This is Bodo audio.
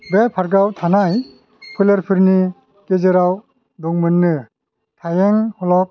बे पार्कयाव थानाय फोलेरफोरनि गेजेराव दंमोननो हायें हलब